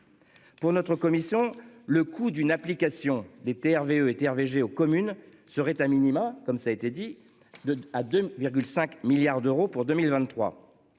Pour notre commission le coup d'une application des TRV eux été AVG aux communes seraient a minima, comme ça a été dit de à 2 5 milliards d'euros pour 2023.